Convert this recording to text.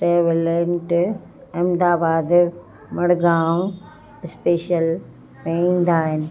ट्रेविलंट Ahmedabad Madgaon special में ईंदा आहिनि